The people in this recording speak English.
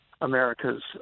America's